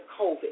COVID